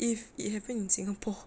if it happen in singapore